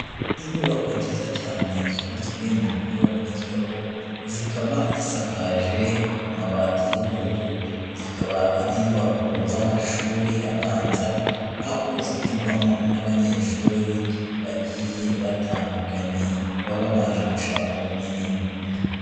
Inyubako nziza cyane zubatsweye mu buryo bugezweho, zikaba zisakaje amabati y'ubururu, zikaba ari inyubako z'amashuri abanza, aho zigirwamo n'abanyeshuri bagiye batandukanye baba baje gushaka ubumenyi.